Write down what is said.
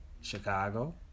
Chicago